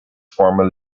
former